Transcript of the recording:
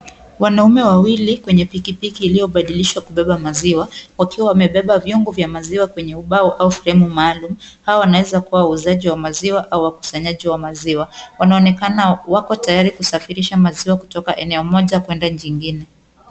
Wanaume wawili kwenye pikipiki iliyobadilishwa kubeba maziwa, wakiwa wamebeba vyombo vya maziwa kwenye ubao au fremu maalum. Hawa wanaweza kuwa wauzaji wa maziwa au wakusanyaji wa maziwa. Wanaonekana wako tayari kusafirisha maziwa kutoka eneo moja kuenda jingine.